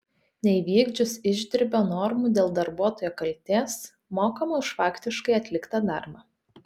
neįvykdžius išdirbio normų dėl darbuotojo kaltės mokama už faktiškai atliktą darbą